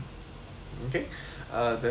okay uh definitely